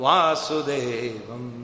Vasudevam